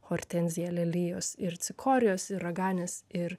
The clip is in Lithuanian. hortenzija lelijos ir cikorijos ir raganės ir